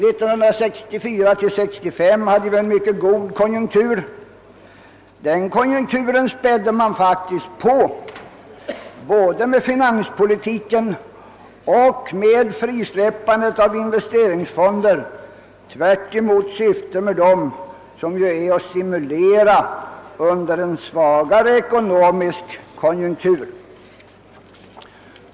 Budgetåret 1964/65 hade vi en mycket god konjunktur, som man faktiskt spädde på både med finanspolitiken och med ett frisläppande av investeringsfonder, tvärtemot dessas syfte, som ju är att stimulera under en svagare ekonomisk konjunktur.